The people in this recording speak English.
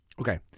Okay